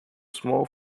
small